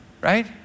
right